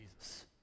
Jesus